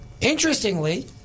Interestingly